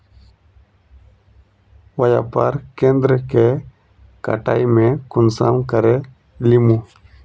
व्यापार केन्द्र के कटाई में कुंसम करे लेमु?